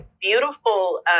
beautiful